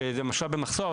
שזה משאב במחסור,